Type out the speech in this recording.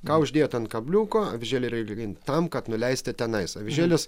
ką uždėt ant kabliuko avižėlė yra realiai tam kad nuleist tenais avižėlės